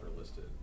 listed